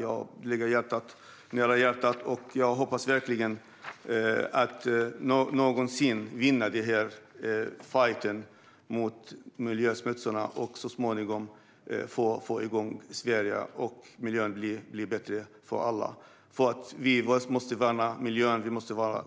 De ligger mig varmt om hjärtat, och jag hoppas verkligen att vi en dag ska vinna fajten mot dem som smutsar ned miljön och så småningom få igång Sverige och få en bättre miljö för alla. Vi måste värna miljön för